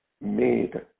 made